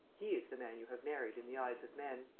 he is the man you have married in the eyes of men.